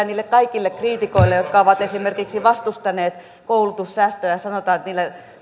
niille kaikille kriitikoille jotka ovat esimerkiksi vastustaneet koulutussäästöjä ja sanoneet että niillä